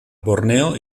borneo